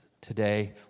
today